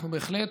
אנחנו בהחלט,